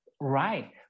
Right